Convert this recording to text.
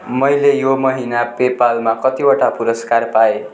मैले यो महिना पेपालमा कतिवटा पुरस्कार पाएँ